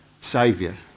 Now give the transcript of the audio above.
saviour